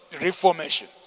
Reformation